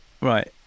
Right